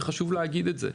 וחשוב להגיד את זה.